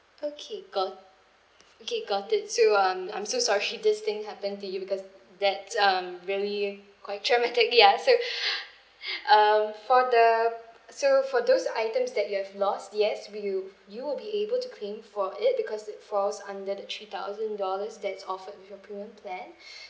okay got okay got it so um I'm so sorry this thing happened to you because that um really quite traumatic ya so um for the so for those items that you have lost yes we w~ you will be able to claim for it because it falls under the three thousand dollars that's offered with your premium plan